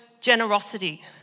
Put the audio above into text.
generosity